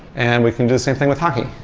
and we can do the same thing with hockey.